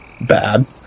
Bad